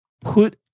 put